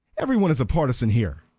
every one is a partisan here.